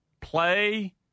play